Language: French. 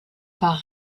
par